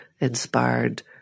inspired